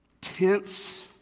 tense